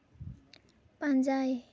ᱯᱟᱸᱡᱟᱭ